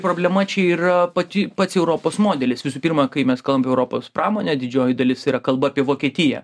problema čia yra pati pats europos modelis visų pirma kai mes kalbam apie europos pramonę didžioji dalis yra kalba apie vokietiją